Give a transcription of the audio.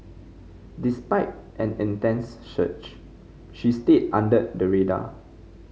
despite an intense search she stayed under the radar